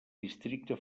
districte